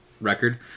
Record